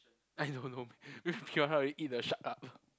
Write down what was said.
I don't know maybe piranha already eat the shark up